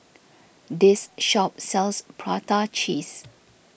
this shop sells Prata Cheese